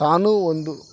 ತಾನು ಒಂದು